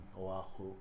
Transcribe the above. Oahu